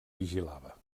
vigilava